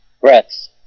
breaths